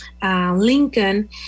Lincoln